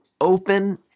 open